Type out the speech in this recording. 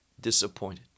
disappointed